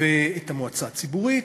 את המועצה הציבורית,